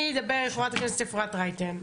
אני אדבר עם חברת הכנסת אפרת רייטן.